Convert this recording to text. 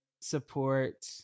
support